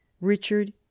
Richard